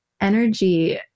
energy